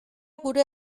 gure